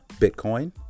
Bitcoin